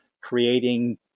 creating